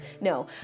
No